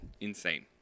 Insane